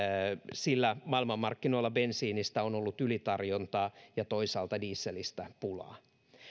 sillä maailmanmarkkinoilla bensiinistä on ollut ylitarjontaa ja toisaalta dieselistä pulaa